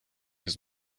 his